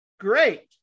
Great